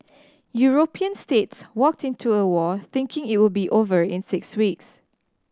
European states walked into a war thinking it will be over in six weeks